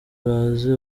baze